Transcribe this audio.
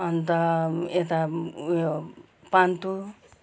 अन्त यता उयो पान्तु